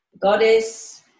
goddess